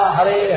Hare